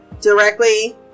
directly